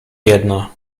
jedna